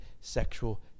sexual